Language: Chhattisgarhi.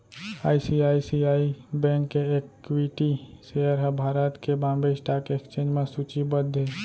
आई.सी.आई.सी.आई बेंक के इक्विटी सेयर ह भारत के बांबे स्टॉक एक्सचेंज म सूचीबद्ध हे